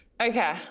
Okay